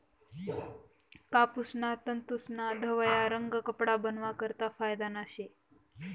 कापूसना तंतूस्ना धवया रंग कपडा बनावा करता फायदाना शे